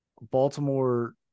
Baltimore